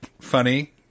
funny